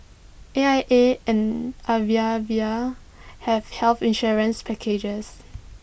A I A and Aviva have health insurance packages